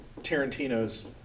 Tarantino's